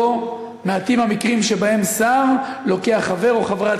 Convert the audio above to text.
לא מעטים המקרים שבהם שר לוקח חבר או חברת